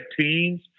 teams